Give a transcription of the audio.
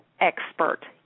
expert